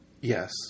Yes